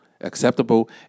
acceptable